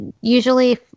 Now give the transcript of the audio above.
usually